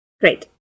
Great